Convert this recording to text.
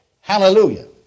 Hallelujah